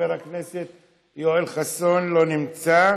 חבר הכנסת יואל חסון, לא נמצא.